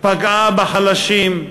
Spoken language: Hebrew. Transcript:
פגעה בחלשים,